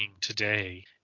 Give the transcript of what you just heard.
today